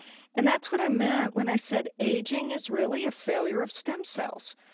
and that's what i meant when i said aging is really a failure of stem cells.